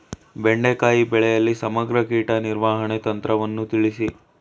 ಬೆಂಡೆಕಾಯಿ ಬೆಳೆಯಲ್ಲಿ ಸಮಗ್ರ ಕೀಟ ನಿರ್ವಹಣೆ ತಂತ್ರವನ್ನು ತಿಳಿಸಿ?